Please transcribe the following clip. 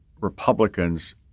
Republicans